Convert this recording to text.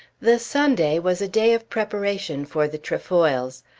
the sunday was a day of preparation for the trefoils.